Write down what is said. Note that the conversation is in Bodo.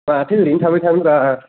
माथो ओरैनो थाबाय थानो ब्रा